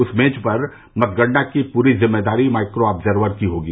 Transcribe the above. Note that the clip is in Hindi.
उस मेज पर मतगणना की पूरी जिम्मेदारी माइक्रो आर्ब्जवर की होगी